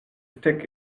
stick